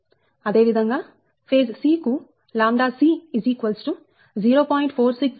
అదే విధంగా phase c కు ʎc 0